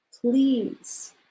Please